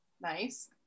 Nice